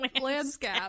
landscape